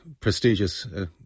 prestigious